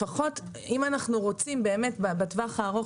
לפחות אם אנחנו רוצים באמת בטווח הארוך